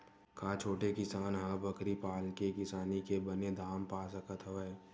का छोटे किसान ह बकरी पाल के किसानी के बने दाम पा सकत हवय?